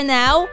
now